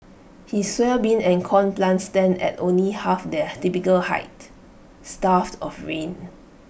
his soybean and corn plants stand at only half their typical height starved of rain